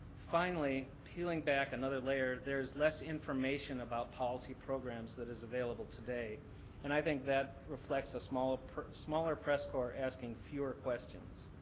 finally, peeling back another layer, there's less information about policy programs that is available today and i think that reflects a smaller smaller press corps asking fewer questions.